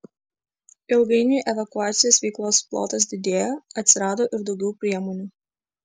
ilgainiui evakuacijos veiklos plotas didėjo atsirado ir daugiau priemonių